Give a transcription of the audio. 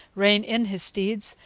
rein in his steeds,